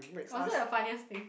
was that the funniest thing